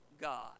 God